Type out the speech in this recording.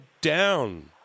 down